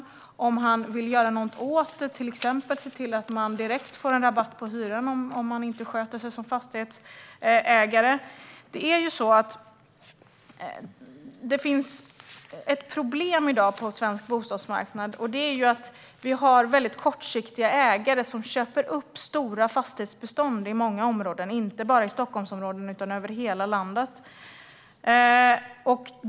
Vill han göra någonting åt den, till exempel se till att man direkt får en rabatt på hyran om fastighetsägaren inte sköter sig? Det finns ett problem i dag på svensk bostadsmarknad, och det är att vi har väldigt kortsiktiga ägare som köper upp stora fastighetsbestånd i många områden, inte bara i Stockholmsområdet utan i hela landet.